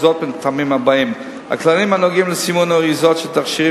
וזאת מן הטעמים הבאים: הכללים הנוגעים לסימון האריזות של תכשירים